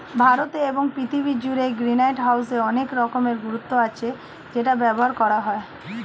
ভারতে এবং পৃথিবী জুড়ে গ্রিনহাউসের অনেক রকমের গুরুত্ব আছে যেটা ব্যবহার করা হয়